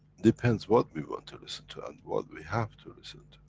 depends what we want to listen to, and what we have to listen to.